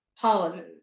Parliament